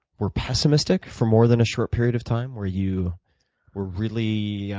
were pessimistic for more than a short period of time, where you were really yeah